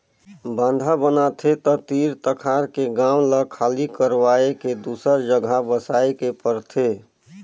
बांधा बनाथे त तीर तखार के गांव ल खाली करवाये के दूसर जघा बसाए के परथे